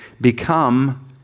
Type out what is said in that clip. become